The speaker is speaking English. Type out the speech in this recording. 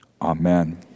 Amen